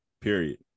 period